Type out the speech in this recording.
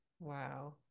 Wow